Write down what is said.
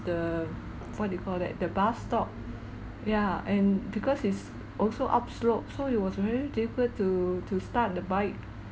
the what do you call that the bus-stop ya and because it's also upslope so it was really difficult to to start the bike